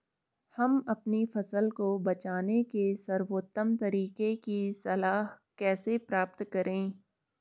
हम अपनी फसल को बचाने के सर्वोत्तम तरीके की सलाह कैसे प्राप्त करें?